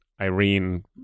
Irene